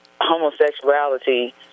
homosexuality